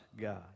God